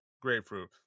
Grapefruit